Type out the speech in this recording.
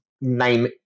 name